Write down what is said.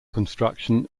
construction